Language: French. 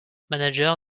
manager